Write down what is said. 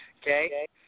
okay